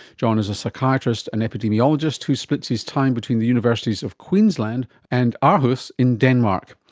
john is a psychiatrist and epidemiologist who splits his time between the universities of queensland and aarhus in denmark.